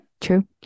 True